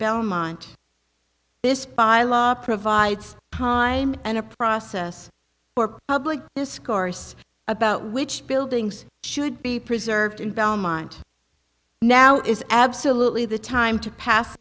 belmont this by law provides time and a process for public discourse about which buildings should be preserved in belmont now is absolutely the time to pass